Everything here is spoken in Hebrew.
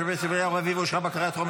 התשפ"ה 2024,